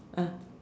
ah